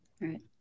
Right